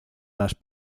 las